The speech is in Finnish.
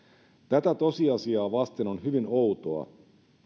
tätä tosiasiaa vasten on hyvin outoa